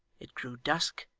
it grew dusk,